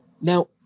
Now